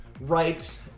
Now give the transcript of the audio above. right